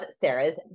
Sarah's